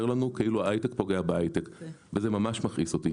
לנו כאילו ההיי-טק פוגע בהיי-טק וזה ממש מכעיס אותי.